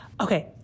Okay